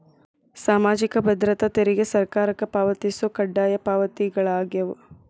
ಸಾಮಾಜಿಕ ಭದ್ರತಾ ತೆರಿಗೆ ಸರ್ಕಾರಕ್ಕ ಪಾವತಿಸೊ ಕಡ್ಡಾಯ ಪಾವತಿಗಳಾಗ್ಯಾವ